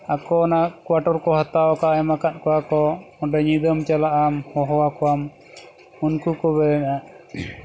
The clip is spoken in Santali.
ᱟᱠᱚ ᱚᱱᱟ ᱠᱳᱣᱟᱴᱟᱨ ᱠᱚ ᱦᱟᱛᱟᱣ ᱠᱟᱜᱼᱟ ᱮᱢ ᱟᱠᱟᱫ ᱠᱚᱣᱟ ᱠᱚ ᱚᱸᱰᱮ ᱧᱤᱫᱟᱹᱢ ᱪᱟᱞᱟᱜ ᱟᱢ ᱦᱚᱦᱚᱣᱟᱠᱚᱣᱟᱢ ᱩᱱᱠᱩ ᱠᱚ ᱵᱮᱨᱮᱫᱼᱟ